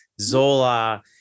Zola